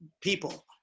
people